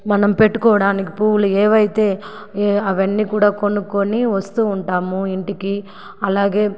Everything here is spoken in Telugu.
మనం పెట్టుకోవడానికి పూలు ఏవైతే అవన్నీ కూడా కొనుక్కోని వస్తూవుంటాము ఇంటికి అలాగే